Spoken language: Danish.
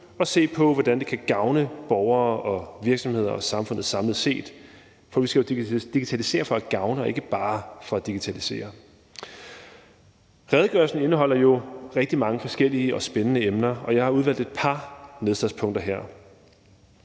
og se på, hvordan det kan gavne borgere, virksomheder og samfundet samlet set. Vi skal jo digitalisere for at gavne og ikke bare for at digitalisere. Redegørelsen indeholder jo rigtig mange forskellige og spændende emner, og jeg har udvalgt et par nedslagspunkter. Der